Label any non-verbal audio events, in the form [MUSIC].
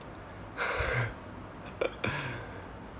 [LAUGHS]